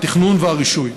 התכנון והרישוי.